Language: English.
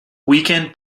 weekend